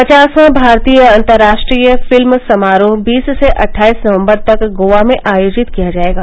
पचासवां भारतीय अंतर्राष्ट्रीय फिल्म समारोह बीस से अट्ठाईस नवंबर तक गोवा में आयोजित किया जायेगा